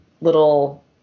little